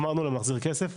אמרנו להם להחזיר כסף,